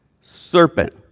serpent